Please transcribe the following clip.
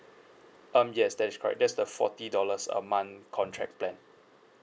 um yes that is correct that's the forty dollars a month contract plan